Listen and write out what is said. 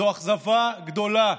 זו אכזבה גדולה,